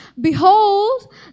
Behold